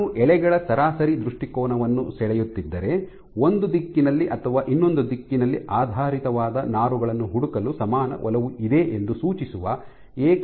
ನಾನು ಎಳೆಗಳ ಸರಾಸರಿ ದೃಷ್ಟಿಕೋನವನ್ನು ಸೆಳೆಯುತ್ತಿದ್ದರೆ ಒಂದು ದಿಕ್ಕಿನಲ್ಲಿ ಅಥವಾ ಇನ್ನೊಂದು ದಿಕ್ಕಿನಲ್ಲಿ ಆಧಾರಿತವಾದ ನಾರುಗಳನ್ನು ಹುಡುಕಲು ಸಮಾನ ಒಲವು ಇದೆ ಎಂದು ಸೂಚಿಸುವ ಏಕರೂಪದ ವಿತರಣೆಯಾಗಿದೆ